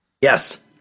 Yes